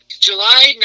July